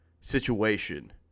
situation